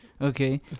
Okay